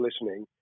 listening